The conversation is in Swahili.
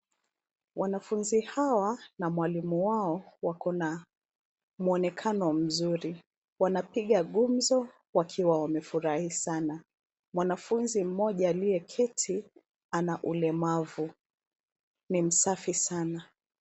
Wanafunzi hawa na mwalimu wao wako na mwonekano mzuri. Wanapiga gumzo wakiwa wamefurahi sana. Mwanafunzi mmoja aliyeketi ana ulemavu. Ni msafi sana.